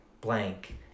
blank